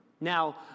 Now